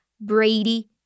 Brady